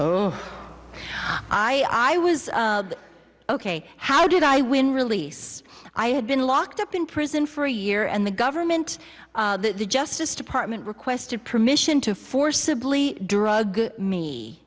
i was ok how did i win release i had been locked up in prison for a year and the government the justice department requested permission to forcibly drug me